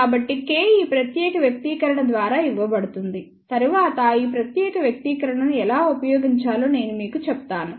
కాబట్టి K ఈ ప్రత్యేక వ్యక్తీకరణ ద్వారా ఇవ్వబడుతుంది తరువాత ఈ ప్రత్యేక వ్యక్తీకరణను ఎలా ఉపయోగించాలో నేను మీకు చెప్తాను